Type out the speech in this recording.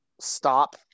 stop